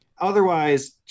Otherwise